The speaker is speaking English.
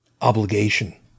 obligation